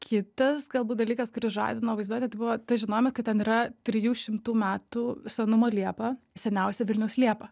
kitas galbūt dalykas kuris žadino vaizduotę tai buvo tas žinojimas kad ten yra trijų šimtų metų senumo liepa seniausia vilniaus liepa